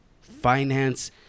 finance